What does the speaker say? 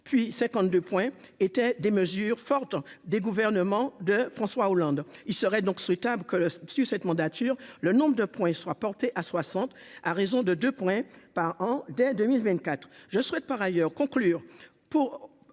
puis 52, étaient des mesures fortes des gouvernements de François Hollande, il serait donc souhaitable que le cette mandature, le nombre de points, il sera portée à 60 à raison de 2 points par an dès 2024 je souhaite par ailleurs conclure